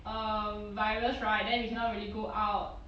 um virus right then you cannot really go out